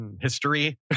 History